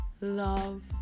Love